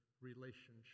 relationship